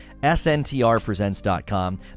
SNTRpresents.com